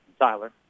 Tyler